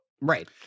right